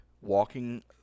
walking